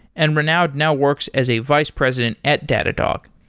and renaud now works as a vice president at datadog.